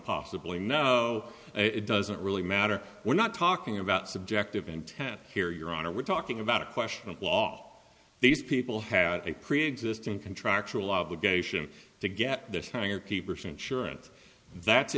possibly know it doesn't really matter we're not talking about subjective intent here your honor we're talking about a question of law these people had a preexisting contractual obligation to get this ha